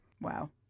Wow